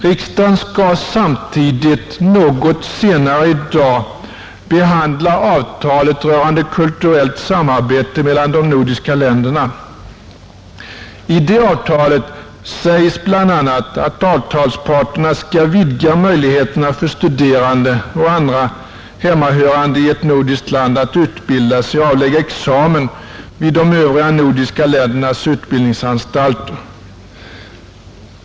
Riksdagen skall samtidigt, något senare i dag, behandla avtalet rörande kulturellt samarbete mellan de nordiska länderna, I det avtalet sägs bl.a. att avtalsparterna skall vidga möjligheterna för studerande och andra hemmahörande i ett nordiskt land att utbilda sig och avlägga examen vid de övriga nordiska ländernas utbildningsanstalter.